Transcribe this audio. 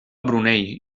brunei